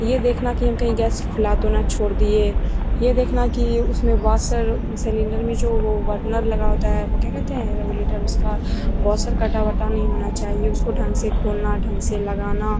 यह देखना कि हम कहीं गैस खुला तो ना छोड़ दिए यह देखना कि उसमें वासर सिलिन्डर में जो वह वर्नर लगा होता है वह क्या कहते हैं रेगुलेटर उसका वॉसर कटा वटा नहीं होना चाहिए उसको ढंग से खोलना ढंग से लगाना